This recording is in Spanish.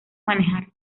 manejar